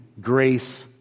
grace